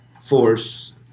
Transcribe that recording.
force